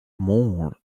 more